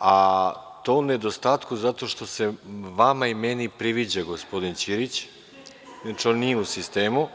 a to u nedostatku zato što se i vama i meni priviđa gospodin Ćirić, inače, on nije u sistemu.